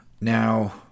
now